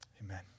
Amen